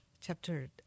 chapter